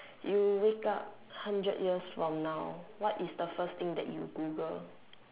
you wake up hundred years from now what is the first thing that you Google